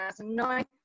2009